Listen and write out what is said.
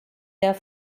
der